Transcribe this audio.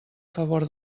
favor